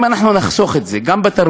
אם אנחנו נחסוך את זה גם בתרבות,